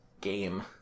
game